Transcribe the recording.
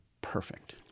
perfect